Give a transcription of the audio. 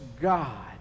God